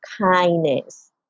kindness